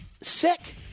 sick